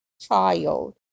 child